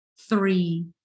Three